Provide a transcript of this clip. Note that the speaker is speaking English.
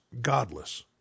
godless